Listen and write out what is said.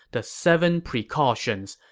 the seven precautions,